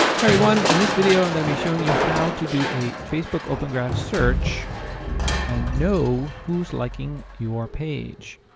hey everyone, in this video i'm going to be showing you how to do a facebook open graph search and know who's liking your page.